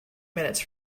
minutes